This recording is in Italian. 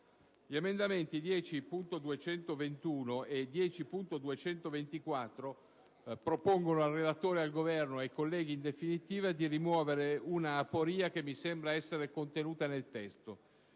Gli emendamenti 10.221 e 10.224 propongono al relatore, al Governo e ai colleghi di rimuovere un'aporia che mi sembra essere contenuta nel testo,